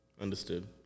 Understood